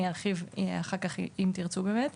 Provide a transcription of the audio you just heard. אני ארחיב באמת אחר כך אם תרצו.